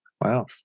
wow